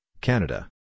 Canada